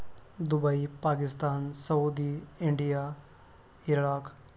Dubai Pakistan Saudi India Iraq